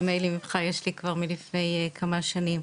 מיילים ממך יש לי כבר מלפני כמה שנים.